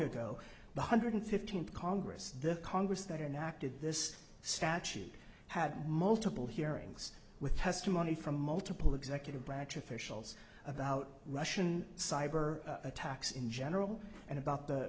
ago the hundred fifteenth congress the congress that are now acted this statute had multiple hearings with testimony from multiple executive branch officials about russian cyber attacks in general and about the